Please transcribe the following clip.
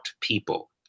people